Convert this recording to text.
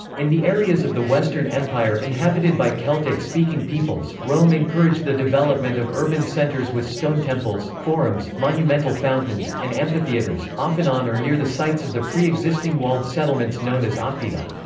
in the areas of the western empire inhabited by celtic-speaking peoples, rome encouraged the development of urban centres with stone temples, forums, monumental fountains, and amphitheatres, often on or near the sites of the preexisting walled settlements known as ah oppida.